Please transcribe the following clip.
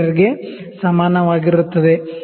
ಗೆ ಸಮಾನವಾಗಿರುತ್ತದೆ